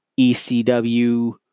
ECW